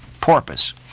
porpoise